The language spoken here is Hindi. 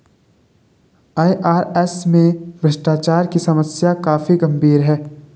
आई.आर.एस में भ्रष्टाचार की समस्या काफी गंभीर है